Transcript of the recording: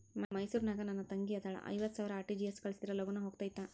ಮೈಸೂರ್ ನಾಗ ನನ್ ತಂಗಿ ಅದಾಳ ಐವತ್ ಸಾವಿರ ಆರ್.ಟಿ.ಜಿ.ಎಸ್ ಕಳ್ಸಿದ್ರಾ ಲಗೂನ ಹೋಗತೈತ?